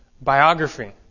biography